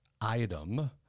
item